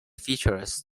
features